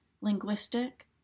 linguistic